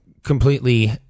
completely